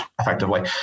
effectively